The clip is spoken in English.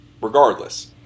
regardless